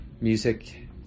music